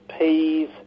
peas